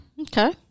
okay